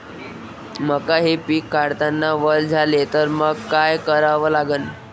मका हे पिक काढतांना वल झाले तर मंग काय करावं लागन?